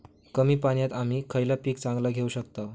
कमी पाण्यात आम्ही खयला पीक चांगला घेव शकताव?